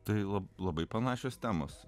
tai labai labai panašios temos